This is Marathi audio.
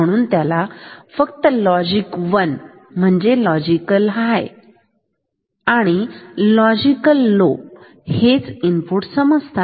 म्हणून त्याला फक्त लॉजिक 1 म्हणजे लॉजिकल हाय आणि लो हेच इनपुट समजतात